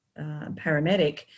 paramedic